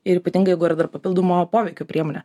ir ypatingai jeigu yra dar papildomo poveikio priemonė